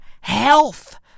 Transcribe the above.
health